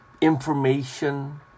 information